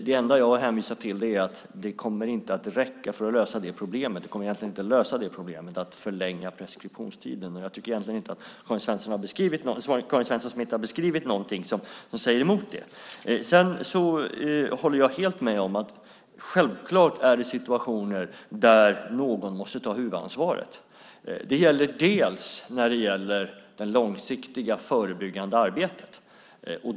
Det enda jag har hänvisat till är att man inte kommer att lösa problemet genom att förlänga preskriptionstiden. Jag tycker egentligen inte att Karin Svensson Smith har beskrivit någonting som säger emot det. Jag håller helt med om att det självklart finns situationer där någon måste ta huvudansvaret. Det gäller delvis det långsiktiga förebyggande arbetet.